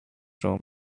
room